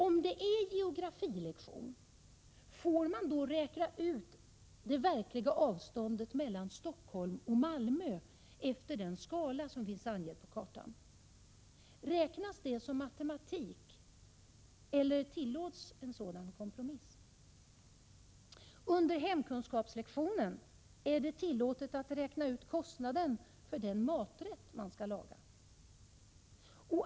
Om det är en geografilektion, får man då räkna ut det verkliga avståndet mellan Stockholm och Malmö efter den skala som finns angiven på kartan? Räknas det som matematik, eller tillåts en sådan kompromiss? Om det är hemkunskapslektion, är det då tillåtet att räkna ut kostnaden för den maträtt som man skall laga?